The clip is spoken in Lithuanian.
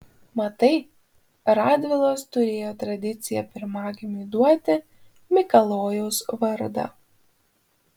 matai radvilos turėjo tradiciją pirmagimiui duoti mikalojaus vardą